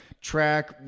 track